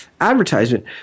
advertisement